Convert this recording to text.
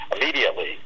immediately